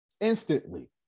Instantly